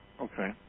Okay